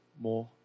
more